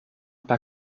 per